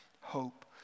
hope